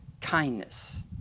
kindness